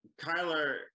Kyler